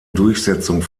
durchsetzung